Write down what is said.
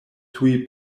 tuj